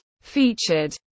featured